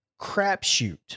crapshoot